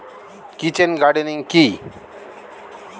Kitchen gardening কি?